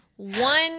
One